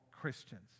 Christians